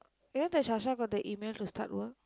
you know that Sasha got the email to start work